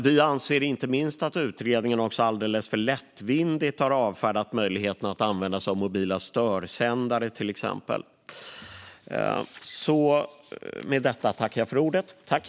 Vi anser inte minst att utredningen alldeles för lättvindigt har avfärdat möjligheten att till exempel använda sig av mobila störsändare.